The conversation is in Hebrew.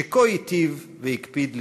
שכה היטיב והקפיד לשמר.